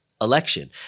election